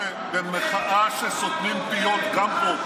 נגד